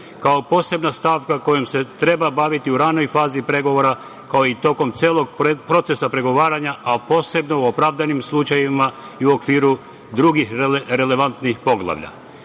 kao posebna stavka kojom se treba baviti u ranoj fazi pregovora, kao i tokom celog procesa pregovaranja, a posebno u opravdanim slučajevima i u okviru drugih relevantnih